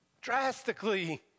drastically